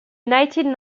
united